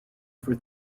for